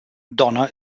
donna